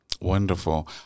Wonderful